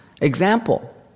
example